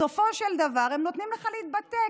בסופו של דבר הם נותנים לך להתבטא,